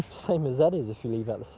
same as eddie's if you leave out